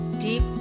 deep